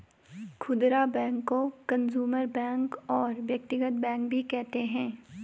खुदरा बैंक को consumer bank और व्यक्तिगत बैंक भी कहते हैं